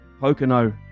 Pocono